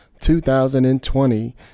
2020